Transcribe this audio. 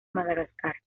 madagascar